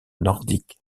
nordiques